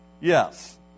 Yes